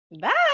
bye